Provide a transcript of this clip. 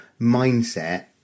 mindset